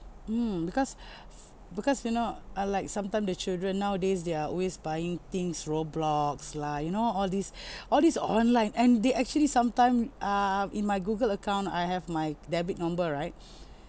mm because because you know uh like sometime the children nowadays they are always buying things roblox lah you know all these all these online and they actually sometime err in my google account I have my debit number right